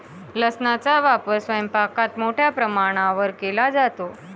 लसणाचा वापर स्वयंपाकात मोठ्या प्रमाणावर केला जातो